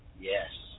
Yes